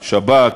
שב"כ,